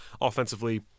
offensively